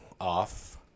off